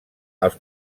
els